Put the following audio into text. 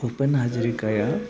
Bhupen हाजिरिखाया